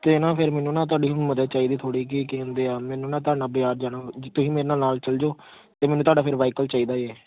ਅਤੇ ਨਾ ਫਿਰ ਮੈਨੂੰ ਨਾ ਤੁਹਾਡੀ ਹੁਣ ਮਦਦ ਚਾਹੀਦੀ ਥੋੜ੍ਹੀ ਕੀ ਕਹਿੰਦੇ ਆ ਮੈਨੂੰ ਨਾ ਤੁਹਾਡੇ ਨਾਲ ਬਜ਼ਾਰ ਜਾਣਾ ਤੁਸੀਂ ਮੇਰੇ ਨਾਲ ਨਾਲ ਚੱਲ ਜਾਓ ਅਤੇ ਮੈਨੂੰ ਤੁਹਾਡਾ ਫਿਰ ਵਹੀਕਲ ਚਾਹੀਦਾ ਹੈ